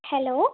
hello